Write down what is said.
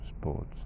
sports